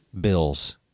bills